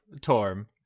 torm